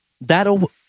That'll